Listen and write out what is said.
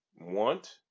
want